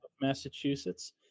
Massachusetts